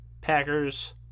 Packers